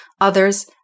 others